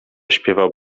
śpiewał